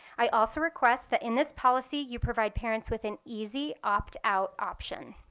i also request that in this policy, you provide parents with an easy opt out option.